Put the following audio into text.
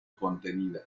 contenida